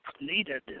needed